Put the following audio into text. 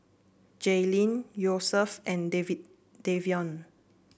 Jaelyn Yosef and David Davion